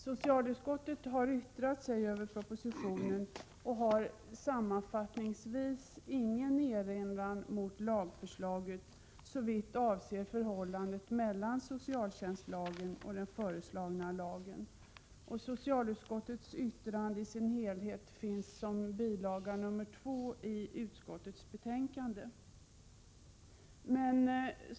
Socialutskottet har yttrat sig över propositionen och har sammanfattningsvis ingen erinran mot lagförslaget såvitt avser förhållandet mellan socialtjänstlagen och den föreslagna lagen. Socialutskottets yttrande finns i sin helhet som bil. 2 till betänkandet.